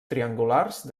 triangulars